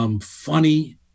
Funny